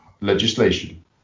legislation